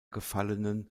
gefallenen